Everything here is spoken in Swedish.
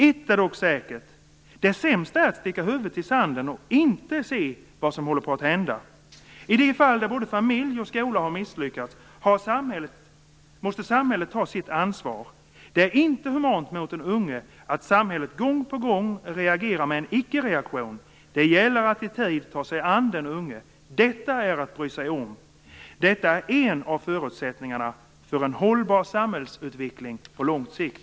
Ett är dock säkert: Det sämsta är att sticka huvudet i sanden och inte se vad som håller på att hända. I de fall där både familj och skola har misslyckats måste samhället ta sitt ansvar. Det är inte humant mot den unge att samhället gång på gång reagerar med en "icke-reaktion". Det gäller att i tid ta sig an den unge. Detta är att bry sig om. Detta är en av förutsättningarna för en hållbar samhällsutveckling på lång sikt.